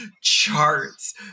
charts